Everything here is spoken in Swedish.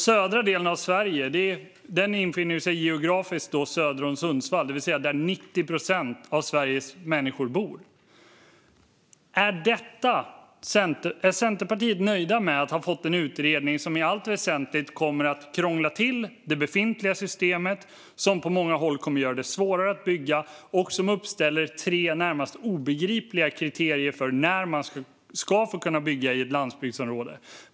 Södra delen av Sverige infinner sig geografiskt söder om Sundsvall, det vill säga där 90 procent av Sveriges människor bor. Är Centerpartiet nöjda med att ha fått en utredning som i allt väsentligt kommer att krångla till det befintliga systemet, som på många håll kommer att göra det svårare att bygga och som uppställer tre närmast obegripliga kriterier för när man ska få kunna bygga i ett landsbygdsområde?